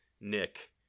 Nick